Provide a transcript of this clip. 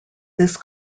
this